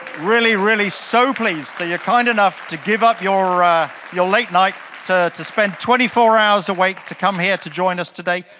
really, really so pleased that you're kind enough to give up your ah your late night to to spend twenty four hours awake to come here to join us today.